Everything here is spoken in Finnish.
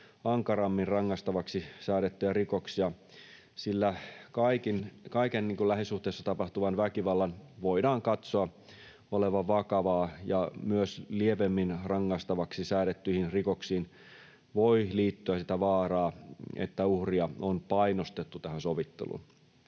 ankarammin rangaistavaksi säädettyjä rikoksia, sillä kaiken lähisuhteissa tapahtuvan väkivallan voidaan katsoa olevan vakavaa, ja myös lievemmin rangaistavaksi säädettyihin rikoksiin voi liittyä sitä vaaraa, että uhria on painostettu tähän sovitteluun.